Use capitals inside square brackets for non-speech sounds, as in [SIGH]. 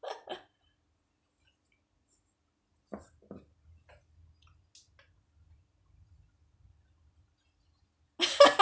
[LAUGHS]